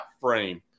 frame